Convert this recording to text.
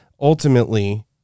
Ultimately